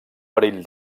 perill